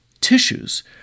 tissues